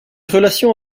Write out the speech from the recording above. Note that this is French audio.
relations